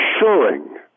assuring